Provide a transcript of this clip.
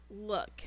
Look